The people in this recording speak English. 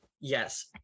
yes